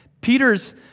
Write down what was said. Peter's